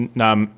nam